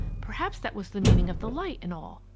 perhaps that was the meaning of the light and all.